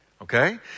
okay